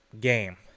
game